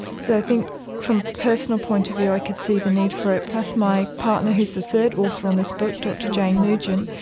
so i think from a personal point of view i can see the need for it. plus my partner who is the third author on this book, dr jane nugent,